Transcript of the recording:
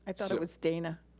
i thought it was dana.